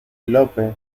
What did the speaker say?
lope